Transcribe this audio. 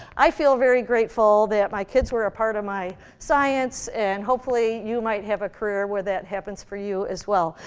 i feel very grateful that my kids were a part of my science, and hopefully, you might have a career where that happens for you as well.